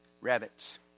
Rabbits